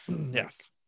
yes